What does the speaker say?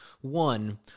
One